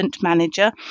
manager